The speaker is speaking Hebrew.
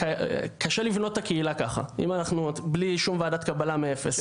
קשה לבנות את הקהילה ככה בלי שום ועדת קבלה מאפס.